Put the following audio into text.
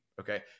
Okay